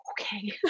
Okay